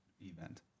event